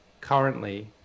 currently